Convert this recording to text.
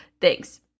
Thanks